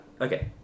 Okay